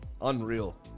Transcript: Unreal